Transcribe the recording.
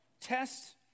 Test